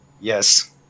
Yes